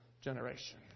generation